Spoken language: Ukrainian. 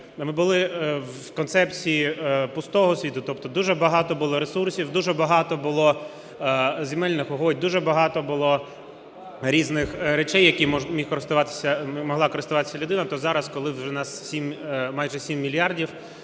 ми були в концепції пустого світу, тобто дуже багато було ресурсів, дуже багато було земельних угідь, дуже багато було різних речей, якими могла користуватися людина, то зараз, коли вже нас 7… майже 7 мільярдів,